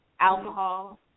alcohol